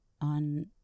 on